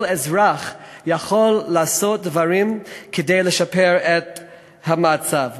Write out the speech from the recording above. כל אזרח יכול לעשות כדי לשפר את המצב.